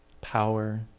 power